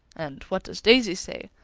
and what does daisy say?